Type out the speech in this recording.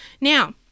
Now